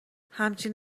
همچین